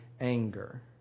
anger